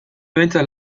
behintzat